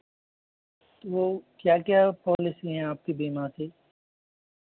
वह क्या क्या पॉलिसी हैं आपकी बीमा से